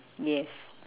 yes